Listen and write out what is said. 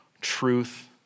truth